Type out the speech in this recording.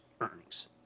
earnings